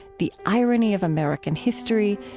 the irony of american history,